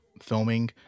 filming